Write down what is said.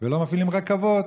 ולא מפעילים רכבות.